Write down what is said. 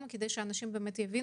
כדי שאנשים יבינו.